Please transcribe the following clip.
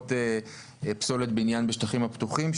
שפורקות פסולת בניין בשטחים הפתוחים.